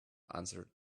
answered